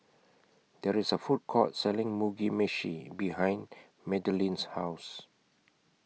There IS A Food Court Selling Mugi Meshi behind Madilynn's House